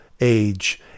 age